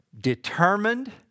determined